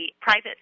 private